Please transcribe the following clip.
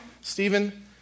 Stephen